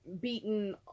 beaten